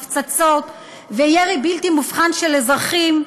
הפצצות וירי בלתי מובחן על אזרחים,